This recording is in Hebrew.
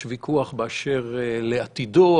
יש ויכוח באשר לעתידו,